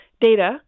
data